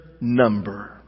number